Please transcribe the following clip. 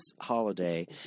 holiday